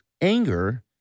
anger